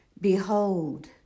Behold